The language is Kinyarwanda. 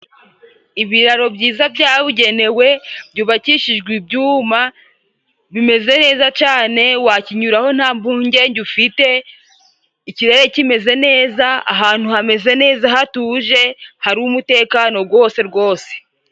Ibiraro byiza byabugenewe byubakishijwe ibyuma bimeze neza cane, wakinyuraho nta mpungenge ufite, ikirere kimeze neza, ahantu hameze neza hatuje, hari umutekano gwose rwose.